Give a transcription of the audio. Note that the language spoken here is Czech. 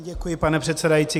Děkuji, pane předsedající.